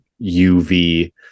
uv